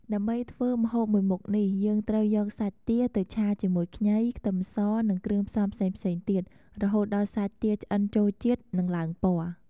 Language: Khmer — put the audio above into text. ដើម្បីធ្វើម្ហូបមួយមុខនេះ យើងត្រូវយកសាច់ទាទៅឆាជាមួយខ្ញី ខ្ទឹមស និងគ្រឿងផ្សំផ្សេងៗទៀត រហូតដល់សាច់ទាឆ្អិនចូលជាតិ និងឡើងពណ៌។